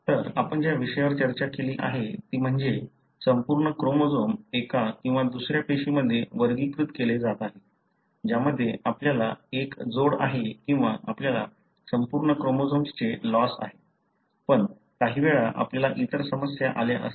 तर आपण ज्या विषयावर चर्चा केली आहे ती म्हणजे संपूर्ण क्रोमोझोम एका किंवा दुसऱ्या पेशीमध्ये वर्गीकृत केले जात आहे ज्यामध्ये आपल्याला एक जोड आहे किंवा आपल्याला संपूर्ण क्रोमोझोम्सचे लॉस आहे पण काही वेळा आपल्याला इतर समस्या आल्या असतील